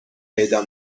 پیدا